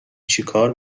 چیکار